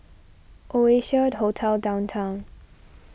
Oasia Hotel Downtown